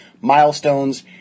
milestones